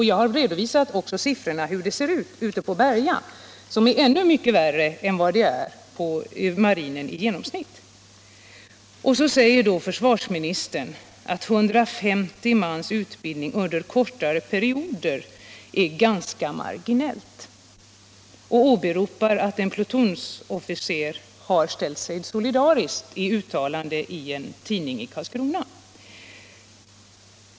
Jag har också med siffror redovisat hur det är i det fallet ute på Berga, där situationen är mycket värre än när det gäller marinen i genomsnitt. Vidare sade försvarsministern att utbildningen av 150 man under kortare perioder är ganska marginell, och samtidigt åberopade han att en plutonsofficer hade ställt sig solidarisk i ett uttalande för en tidning i Karlskrona.